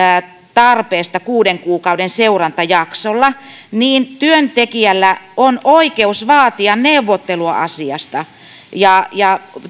tarpeesta kuuden kuukauden seurantajaksolla niin työntekijällä on oikeus vaatia neuvottelua asiasta ja ja